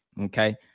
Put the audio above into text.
Okay